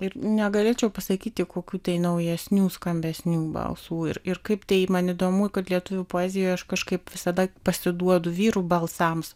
ir negalėčiau pasakyti kokių tai naujesnių skambesnių balsų ir ir kaip tai man įdomu kad lietuvių poezijoje aš kažkaip visada pasiduodu vyrų balsams